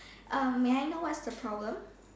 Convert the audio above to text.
um may I know what's the problem